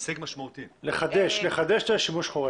לחדש את השימוש החורג.